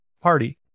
Party